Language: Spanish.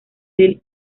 del